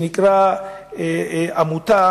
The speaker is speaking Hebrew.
שנקראים "עמותה